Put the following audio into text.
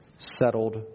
settled